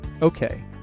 Okay